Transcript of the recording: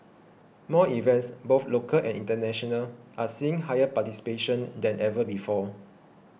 more events both local and international are seeing higher participation than ever before